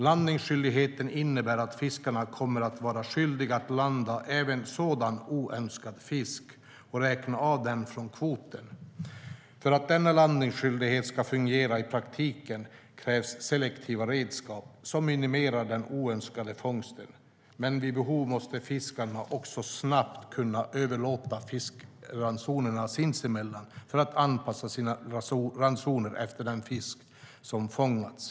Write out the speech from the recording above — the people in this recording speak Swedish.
Landningsskyldigheten innebär att fiskarna kommer att vara skyldiga att landa även sådan oönskad fisk och räkna av den från kvoten. För att denna landningsskyldighet ska fungera i praktiken krävs selektiva redskap som minimerar den oönskade fångsten, men vid behov måste fiskarna också snabbt kunna överlåta fiskeransoner sinsemellan för att anpassa sina ransoner efter den fisk som fångats.